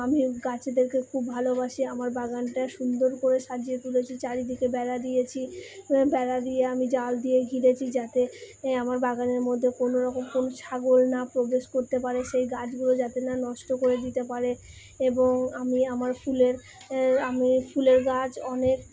আমি গাছেদেরকে খুব ভালোবাসি আমার বাগানটা সুন্দর করে সাজিয়ে তুলেছি চারিদিকে বেড়া দিয়েছি বেড়া দিয়ে আমি জাল দিয়ে ঘিরেছি যাতে এ আমার বাগানের মধ্যে কোনোরকম কোনো ছাগল না প্রবেশ করতে পারে সেই গাছগুলো যাতে না নষ্ট করে দিতে পারে এবং আমি আমার ফুলের আমি ফুলের গাছ অনেক